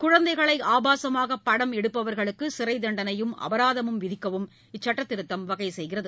குழந்தைகளைஆபாசமாகபடம் எடுப்பவர்களுக்குசிறைத் தண்டனையும் அபராதமும் விதிக்கவும் இச்சட்டத்திருத்தம் வகைசெய்கிறது